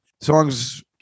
songs